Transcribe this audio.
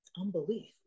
Unbelief